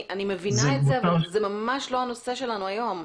אני מבינה אבל זה ממש לא נושא הדיון שלנו היום.